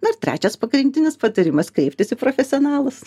na ir trečias pagrindinis patarimas kreiptis į profesionalus